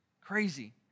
crazy